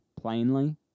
plainly